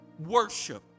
worship